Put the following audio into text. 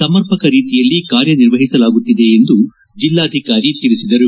ಸಮರ್ಪಕ ರೀತಿಯಲ್ಲಿ ಕಾರ್ಯನಿರ್ವಹಿಸಲಾಗುತ್ತಿದೆ ಎಂದು ಜಿಲ್ಲಾಧಿಕಾರಿ ತಿಳಿಸಿದ್ದಾರೆ